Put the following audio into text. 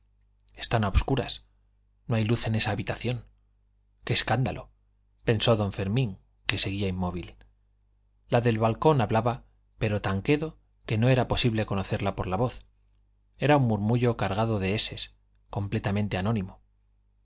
están a obscuras no hay luz en esa habitación qué escándalo pensó don fermín que seguía inmóvil la del balcón hablaba pero tan quedo que no era posible conocerla por la voz era un murmullo cargado de eses completamente anónimo